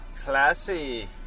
Classy